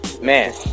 Man